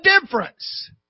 difference